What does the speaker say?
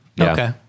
Okay